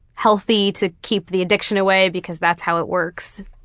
healthy to keep the addiction away because that's how it works.